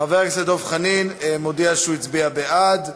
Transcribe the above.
חבר הכנסת דב חנין מודיע שהוא הצביע בעד.